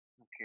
Okay